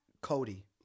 Cody